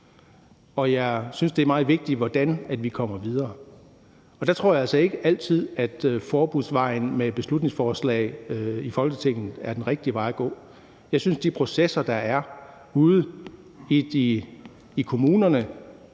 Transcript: og jeg synes, det er meget vigtigt, hvordan vi kommer videre, men der tror jeg altså ikke altid, at forbudsvejen med beslutningsforslag i Folketinget er den rigtige vej at gå. Jeg synes, de processer, der er ude i kommunerne,